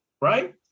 right